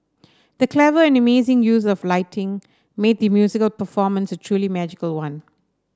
the clever and amazing use of lighting made the musical performance a truly magical one